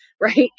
Right